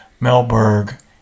Melberg